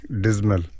dismal